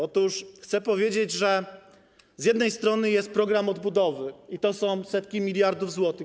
Otóż chcę powiedzieć, że z jednej strony jest program odbudowy, i to są setki miliardów złotych.